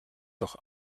doch